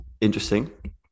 interesting